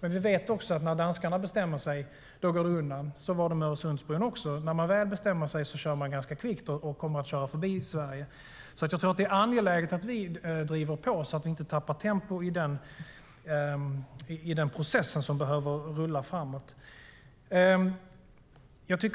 Men vi vet också att när danskarna bestämmer sig går det undan. Så var det även med Öresundsbron; när man väl bestämmer sig kör man ganska kvickt och kommer att köra förbi Sverige. Jag tror att det är angeläget att vi driver på så att vi inte tappar tempo i den process som behöver rulla framåt. Det